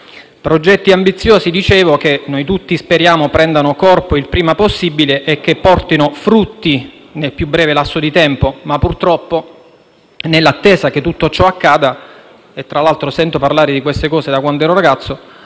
Progetti ambiziosi, che noi tutti speriamo prendano corpo il prima possibile e che portino frutti nel più breve lasso di tempo, ma purtroppo, nell'attesa che tutto ciò accada (tra l'altro sento parlare di queste cose da quando ero ragazzo)